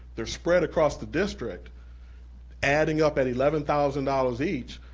they're spread across the district adding up at eleven thousand dollars each,